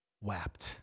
wept